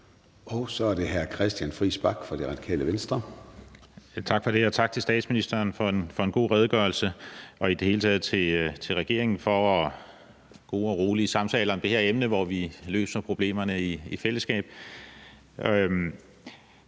Venstre. Kl. 10:21 Christian Friis Bach (RV): Tak for det. Og tak til statsministeren for en god redegørelse og i det hele taget til regeringen for gode og rolige samtaler om det her emne, hvor vi løser problemerne i fællesskab.